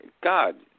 God